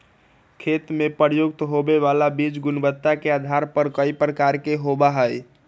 खेतवन में प्रयुक्त होवे वाला बीज गुणवत्ता के आधार पर कई प्रकार के होवा हई